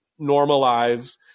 normalize